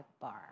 bar